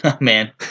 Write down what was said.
man